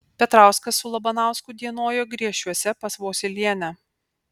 petrauskas su labanausku dienojo griešiuose pas vosylienę